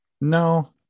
no